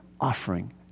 offering